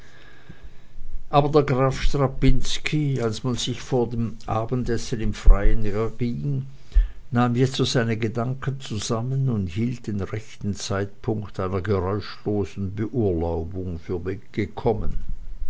aber der graf strapinski als man sich vor dem abendessen im freien erging nahm jetzo seine gedanken zusammen und hielt den rechten zeitpunkt einer geräuschlosen beurlaubung für gekommen